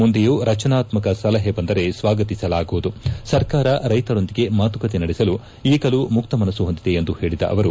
ಮುಂದೆಯೂ ರಚನಾತ್ಮಕ ಸಲಹೆ ಬಂದರೆ ಸ್ವಾಗತಿಸಲಾಗುವುದು ಸರ್ಕಾರ ರೈತರೊಂದಿಗೆ ಮಾತುಕತೆ ನಡೆಸಲು ಈಗಲೂ ಮುಕ್ತ ಮನಸ್ಸು ಹೊಂದಿದೆ ಎಂದು ಹೇಳದ ಅವರು